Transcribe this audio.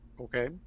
Okay